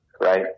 right